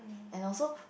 and also